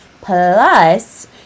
Plus